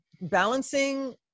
balancing